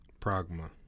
Pragma